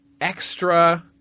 extra